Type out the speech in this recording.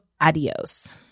Adios